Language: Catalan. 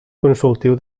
consultiu